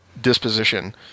disposition